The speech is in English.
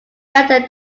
better